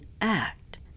act